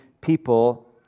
people